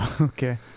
okay